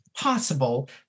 Possible